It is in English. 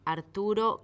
Arturo